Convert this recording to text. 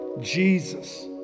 Jesus